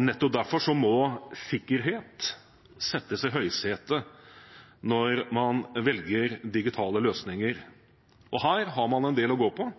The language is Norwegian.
Nettopp derfor må sikkerhet settes i høysetet når man velger digitale løsninger. Her har man en del å gå på,